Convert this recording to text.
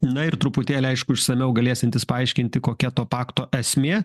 na ir truputėlį aišku išsamiau galėsiantis paaiškinti kokia to pakto esmė